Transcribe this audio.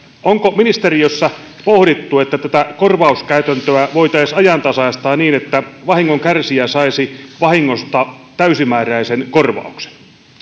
onko ministeriössä pohdittu että tätä korvauskäytäntöä voitaisiin ajantasaistaa niin että vahingonkärsijä saisi vahingosta täysimääräisen korvauksen